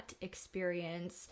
experience